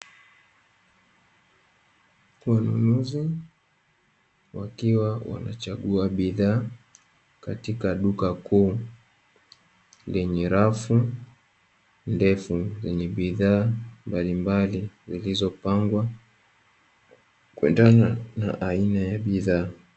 Wanunuzi wakiwa wanachagua bidhaa katika duka kuu, lenye rafu ndefu zenye bidhaa mbalimbali, zilizopangwa kuendana na aina ya bidhaa.